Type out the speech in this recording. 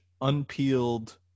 unpeeled